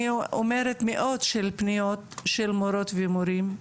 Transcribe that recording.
אני אומרת מאות פניות של מורות ומורים,